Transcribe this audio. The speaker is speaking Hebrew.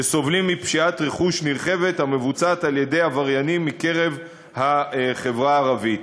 שסובלים מפשיעת רכוש נרחבת המבוצעת על-ידי עבריינים מקרב החברה הערבית.